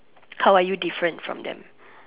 how are you different from them